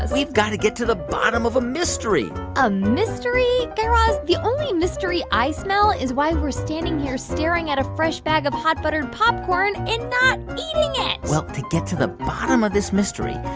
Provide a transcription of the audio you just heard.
we've got to get to the bottom of a mystery a mystery? guy raz, the only mystery i smell is why we're standing here staring at a fresh bag of hot buttered popcorn and not eating it well, to get to the bottom of this mystery,